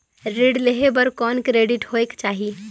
ऋण लेहे बर कौन क्रेडिट होयक चाही?